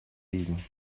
biegen